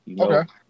Okay